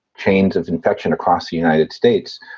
chains of infection across the united states.